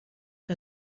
que